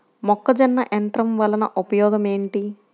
మొక్కజొన్న యంత్రం వలన ఉపయోగము ఏంటి?